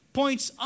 points